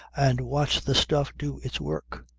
and watch the stuff do its work.